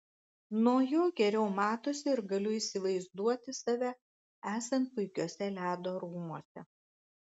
nuo jo geriau matosi ir galiu įsivaizduoti save esant puikiuose ledo rūmuose